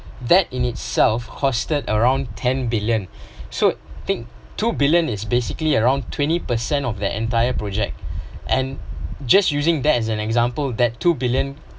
that in itself costed around ten billion so think two billion is basically around twenty percent of the entire project and just using that as an example that two billion